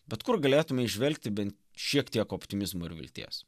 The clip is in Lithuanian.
bet kur galėtume įžvelgti bent šiek tiek optimizmo ir vilties